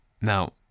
Now